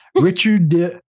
Richard